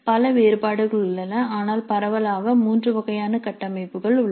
பல வேறுபாடுகள் உள்ளன ஆனால் பரவலாக மூன்று வகையான கட்டமைப்புகள் உள்ளன